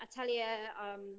Atelier